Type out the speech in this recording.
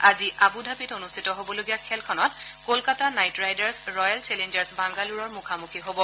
আজি আবু ধাবিত অনুষ্ঠিত হ'বলগীয়া খেলখনত Kolkata Knight Riders Royal Challengers বাংগালোৰৰ মুখামুখি হব